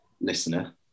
Listener